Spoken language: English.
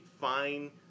fine